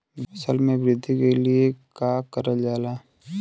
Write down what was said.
फसल मे वृद्धि के लिए का करल जाला?